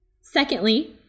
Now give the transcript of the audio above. Secondly